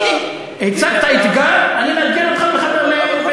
הנה, הצגת אתגר, אני מאתגר אותך בחזרה.